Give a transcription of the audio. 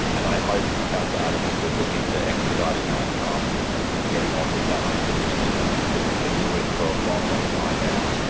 and i hope councillor adams will look into expediting that um and and getting on with that unfinished business, because it's been lingering for a long, long time now.